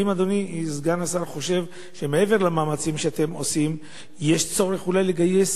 האם אדוני סגן השר חושב שמעבר למאמצים שאתם עושים יש צורך אולי לגייס